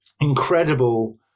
incredible